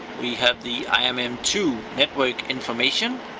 we have the i m m two network information.